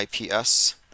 IPS